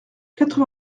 quatre